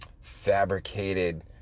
fabricated